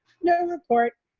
no report,